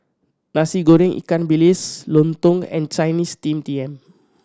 Nasi Goreng ikan bilis lontong and Chinese Steamed Yam